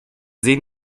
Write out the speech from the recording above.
sehen